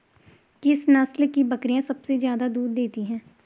किस नस्ल की बकरीयां सबसे ज्यादा दूध देती हैं?